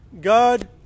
God